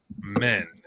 men